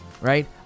Right